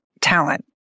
talent